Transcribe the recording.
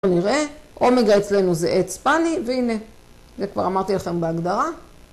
נראה, אומגה אצלנו זה עץ פני והנה, זה כבר אמרתי לכם בהגדרה.